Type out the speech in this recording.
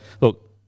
look